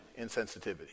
insensitivity